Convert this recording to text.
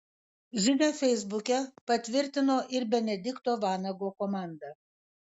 žinią feisbuke patvirtino ir benedikto vanago komanda